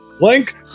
Link